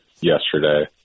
yesterday